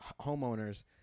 homeowners